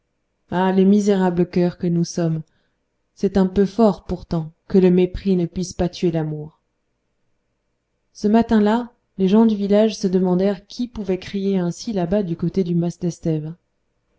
ah misérables cœurs que nous sommes c'est un peu fort pourtant que le mépris ne puisse pas tuer l'amour ce matin-là les gens du village se demandèrent qui pouvait crier ainsi là-bas du côté du mas